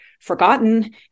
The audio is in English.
forgotten